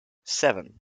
seven